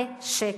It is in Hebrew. זה שקר.